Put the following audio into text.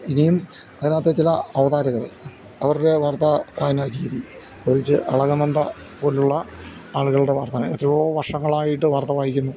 ഇനിയും അതിനകത്തെ ചില അവതാരകർ അവരുടെ വാർത്താ വായന രീതി പ്രേത്യേകിച്ച് അളകനന്ദ പോലുള്ള ആളുകളുടെ വാർത്ത എത്രയോ വർഷങ്ങളായിട്ട് വാർത്ത വായിക്കുന്നു